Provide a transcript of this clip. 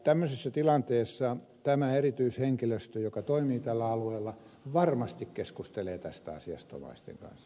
tämmöisessä tilanteessa tämä erityishenkilöstö joka toimii tällä alueella varmasti keskustelee tästä asiasta omaisten kanssa